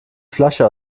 flasche